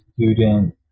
student